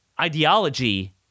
ideology